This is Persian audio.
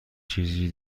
چیزی